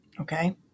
Okay